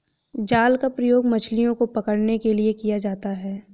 जाल का प्रयोग मछलियो को पकड़ने के लिये किया जाता है